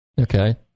Okay